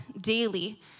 daily